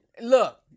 Look